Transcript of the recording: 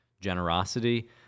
generosity